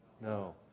no